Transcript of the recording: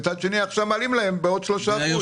ומצד שני מעלים להם בעוד 3%. זה לא יכול להיות.